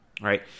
right